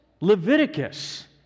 Leviticus